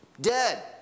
dead